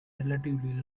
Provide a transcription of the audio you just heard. relatively